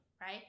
right